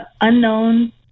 unknown